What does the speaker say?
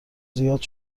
زیاد